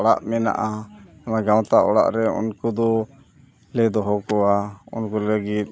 ᱚᱲᱟᱜ ᱢᱮᱱᱟᱜᱼᱟ ᱱᱚᱣᱟ ᱜᱟᱶᱛᱟ ᱚᱲᱟᱜ ᱨᱮ ᱩᱱᱠᱩ ᱫᱚᱞᱮ ᱫᱚᱦᱚ ᱠᱚᱣᱟ ᱩᱱᱠᱩ ᱞᱟᱹᱜᱤᱫ